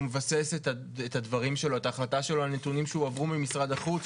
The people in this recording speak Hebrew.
הוא מבסס את ההחלטה שלו על נתונים שהועברו ממשרד החוץ,